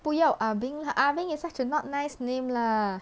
不要 ah beng lah ah beng is such a not nice name lah